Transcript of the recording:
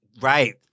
Right